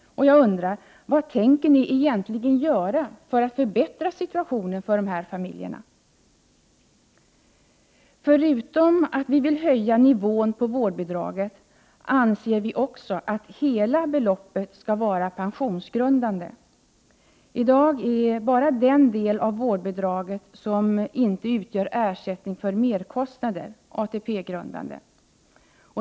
Jag undrar: Vad tänker ni egentligen göra för att förbättra situationen för de här familjerna? Förutom att vi vill höja nivån på vårdbidraget, anser vi också att hela beloppet skall vara pensionsgrundande. I dag är endast den del av vårdbidraget som inte utgör ersättning för merkostnader ATP-grundande.